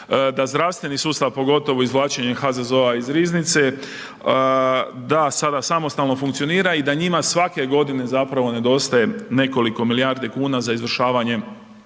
da zdravstveni sustav pogotovo izvlačenje HZZO-a iz riznice da sada samostalno funkcionira i da njima svake godine zapravo nedostaje nekoliko milijardi kuna za izvršavanje